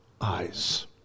eyes